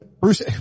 Bruce